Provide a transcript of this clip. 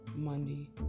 Monday